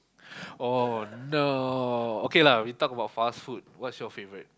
oh no okay lah we talk about fast food what's your favourite